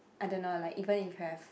I don't know like even if you have